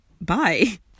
bye